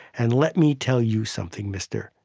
and let me tell you something, mister,